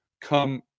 come